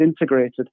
integrated